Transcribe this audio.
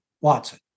Watson